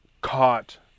caught